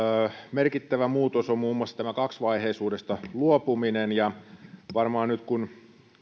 merkittävä muutos on muun muassa tämä kaksivaiheisuudesta luopuminen ja varmaan nyt jatkossa kun